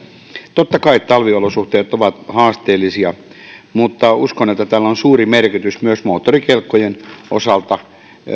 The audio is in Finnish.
totta kai talviolosuhteet ovat haasteellisia mutta uskon että tällä on suuri merkitys myös moottorikelkkojen osalta